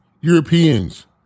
Europeans